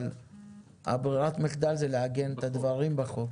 אבל ברירת המחדל זה לעגן את הדברים בחוק.